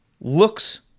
looks